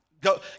go